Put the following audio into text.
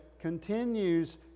continues